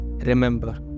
Remember